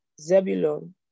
Zebulon